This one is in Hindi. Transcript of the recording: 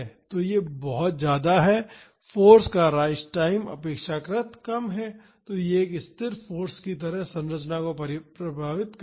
तो यह बहुत ज्यादा है फाॅर्स का राइज टाइम अपेक्षाकृत कम है और यह एक स्थिर फाॅर्स की तरह संरचना को प्रभावित करेगा